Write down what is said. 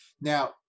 Now